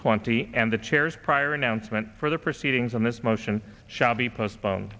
twenty and the chairs prior announcement for the proceedings on this motion shall be postpone